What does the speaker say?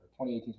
2018